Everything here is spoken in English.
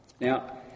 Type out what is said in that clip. Now